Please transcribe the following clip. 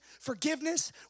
forgiveness